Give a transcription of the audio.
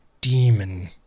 demon